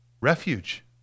Refuge